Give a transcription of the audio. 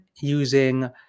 using